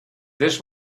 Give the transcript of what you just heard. this